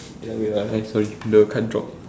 ya wait ah eh sorry the card drop